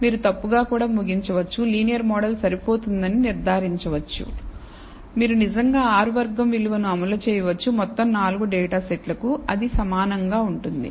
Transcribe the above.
మీరు తప్పుగా ముగించవచ్చు లీనియర్ మోడల్ సరిపోతుందని నిర్ధారించవచ్చు మీరు నిజంగా r వర్గం విలువ ను అమలు చేయవచ్చు మొత్తం 4 డేటా సెట్లకు అది సమానంగా ఉంటుంది